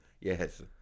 yes